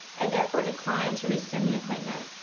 i therefore decline to rescind the appointment.